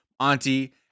auntie